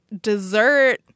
dessert